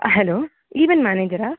hello event மேனேஜரா